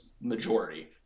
majority